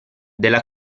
della